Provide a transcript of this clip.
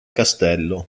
castello